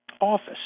office